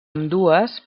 ambdues